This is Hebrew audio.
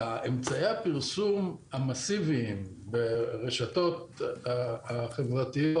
באמצעי הפרסום המאסיביים ברשתות החברתיות